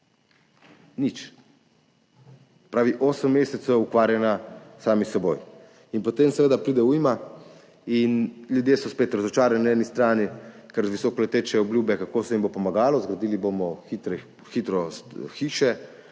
Nič. Se pravi, osem mesecev ukvarjanja sami s seboj. In potem seveda pride ujma in ljudje so spet razočarani na eni strani, ker visoko leteče obljube, kako se jim bo pomagalo, zgradili bomo hitro hiše,